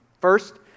First